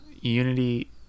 Unity